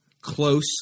close